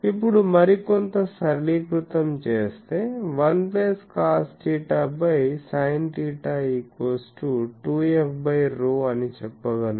ఇప్పుడు మరికొంత సరళీకృతం చేస్తే 1 cosθ sinθ 2f ρ అని చెప్పగలను